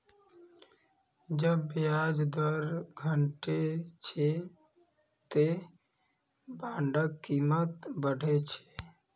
जब ब्याज दर घटै छै, ते बांडक कीमत बढ़ै छै